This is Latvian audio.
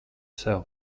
sev